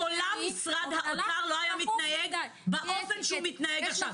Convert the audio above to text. לעולם משרד האוצר לא היה מתנהג באופן שבו הוא מתנהג עכשיו.